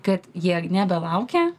kad jie nebelaukia